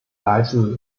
来自